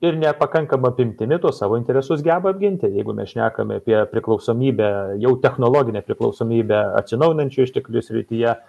ir nepakankama apimtimi tuos savo interesus geba apginti jeigu mes šnekame apie priklausomybę jau technologinę priklausomybę atsinaujinančių išteklių srityje